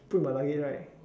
put in my luggage right